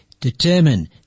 determine